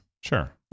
Sure